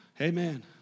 amen